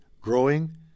growing